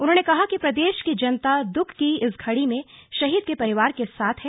उन्होंने कहा कि प्रदेश की जनता दुख की इस घड़ी में शहीद के परिवार के साथ है